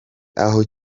aho